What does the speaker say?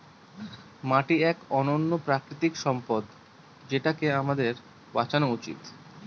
মাটি এক অনন্য প্রাকৃতিক সম্পদ যেটাকে আমাদের বাঁচানো উচিত